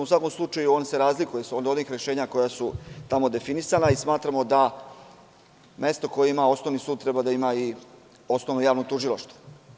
U svakom slučaju, on se razlikuje od onih rešenja koja su tamo definisana i smatramo da mesto koje ima osnovni sud treba da ima i osnovno javno tužilaštvo.